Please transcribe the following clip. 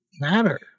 matter